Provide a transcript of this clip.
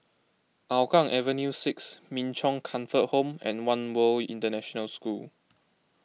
Hougang Avenue six Min Chong Comfort Home and one World International School